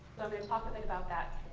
i'm going to talk a bit about that